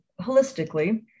Holistically